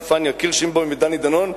פניה קירשנבאום ודני דנון.